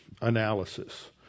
analysis